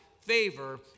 favor